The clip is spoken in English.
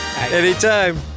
Anytime